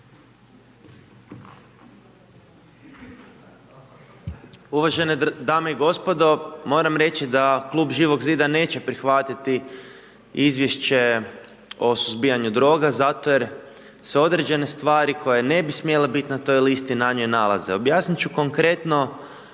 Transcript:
Uvažene dame i gospodo. Moram reći da Klub Živog zida neće prihvatiti Izvješće o suzbijanju droga zato jer se određene stvari koje ne bi smjele biti na toj listi na njoj nalaze. Objasniti ću konkretno